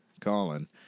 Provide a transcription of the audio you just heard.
Colin